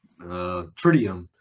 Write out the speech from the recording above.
tritium